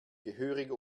gehörig